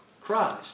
Christ